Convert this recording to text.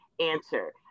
answer